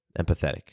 empathetic